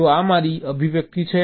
તો આ મારી અભિવ્યક્તિ છે